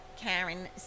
Karen